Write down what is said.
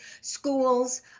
schools